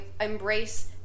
embrace